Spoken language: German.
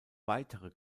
weitere